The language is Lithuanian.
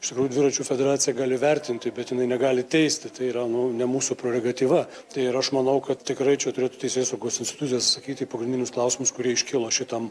šiaulių dviračių federacija gali vertinti bet jinai negali teisti tai yra nu ne mūsų proragatyva tai ir aš manau kad tikrai čia turėtų teisėsaugos institucijos sakyti pagrindinius klausimus kurie iškilo šitam